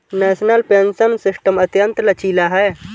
national pension system अत्यंत लचीला है